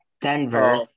Denver –